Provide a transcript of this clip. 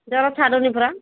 ଜର ଛାଡ଼ୁନି ପରା